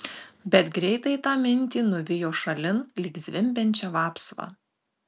bet greitai tą mintį nuvijo šalin lyg zvimbiančią vapsvą